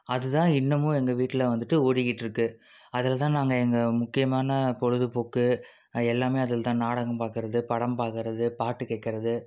அதுதான் இன்னுமும் எங்கள் வீட்டில் வந்துட்டு ஓடிக்கிட்டிருக்கு அதில் தான் நாங்கள் எங்கள் முக்கியமான பொழுதுபோக்கு எல்லாமே அதில் தான் நாடகம் பார்க்கறது படம் பார்க்கறது பாட்டு கேட்கறது